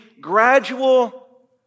gradual